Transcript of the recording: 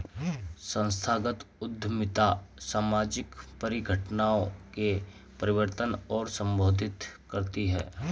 संस्थागत उद्यमिता सामाजिक परिघटनाओं के परिवर्तन को संबोधित करती है